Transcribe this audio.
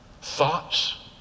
thoughts